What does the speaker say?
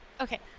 Okay